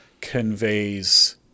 conveys